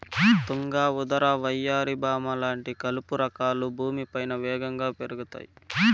తుంగ, ఉదర, వయ్యారి భామ లాంటి కలుపు రకాలు భూమిపైన వేగంగా పెరుగుతాయి